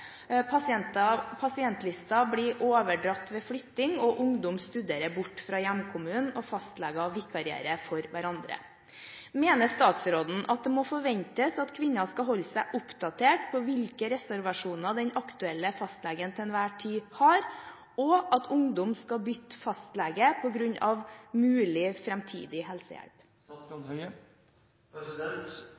blir overdratt ved flytting, ungdom studerer borte fra hjemkommunen og fastleger vikarierer for hverandre. Mener statsråden det må forventes at kvinner skal holde seg oppdatert på hvilke reservasjoner den aktuelle fastlegen til enhver tid har, og at ungdom skal bytte fastlege pga. mulig fremtidig helsehjelp?»